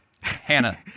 hannah